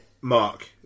Mark